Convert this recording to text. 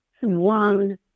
one